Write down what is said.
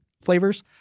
flavors